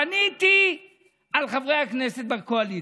בניתי על חברי הכנסת בקואליציה,